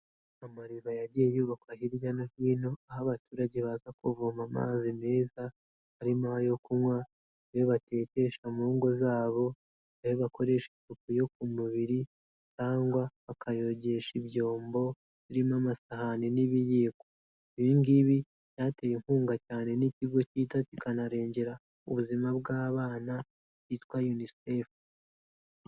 Amariba yagiye yubakwa hirya no hino, aho abaturage baza kuvoma amazi meza, harimo ayo kunywa, ayo batekesha mu ngo zabo, ayo bakoresha isuku yo ku mubiri cyangwa bakayogesha ibyombo, birimo amasahani n'ibiyiko. Ibingibi byateye inkunga cyane n'ikigo kita kikanarengera ubuzima bw'abana kitwa UNICEF.